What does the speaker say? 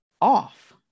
off